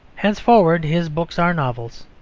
henceforward his books are novels,